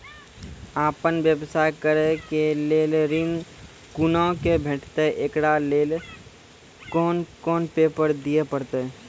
आपन व्यवसाय करै के लेल ऋण कुना के भेंटते एकरा लेल कौन कौन पेपर दिए परतै?